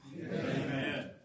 Amen